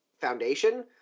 foundation